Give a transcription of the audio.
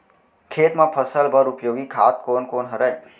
खेत म फसल बर उपयोगी खाद कोन कोन हरय?